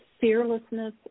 fearlessness